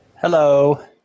Hello